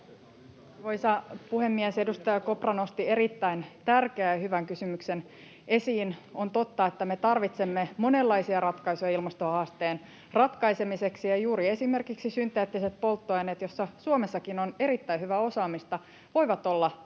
puhemies! Edustaja Kopra nosti esiin erittäin tärkeän ja hyvän kysymyksen. On totta, että me tarvitsemme monenlaisia ratkaisuja ilmastohaasteen ratkaisemiseksi, ja esimerkiksi juuri synteettiset polttoaineet, joissa Suomessakin on erittäin hyvää osaamista, voivat olla avain,